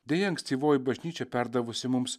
deja ankstyvoji bažnyčia perdavusi mums